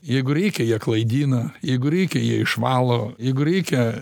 jeigu reikia jie klaidina jeigu reikia jie išvalo jeigu reikia